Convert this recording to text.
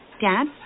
Dad